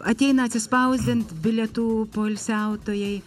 ateina atsispausdint bilietų poilsiautojai